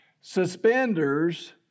suspenders